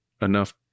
Enough